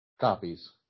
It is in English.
copies